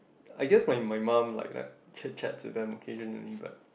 I guess my my mum like chit-chat to them occasion only but